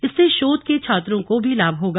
इससे शोध के छात्रों को भी लाभ होगा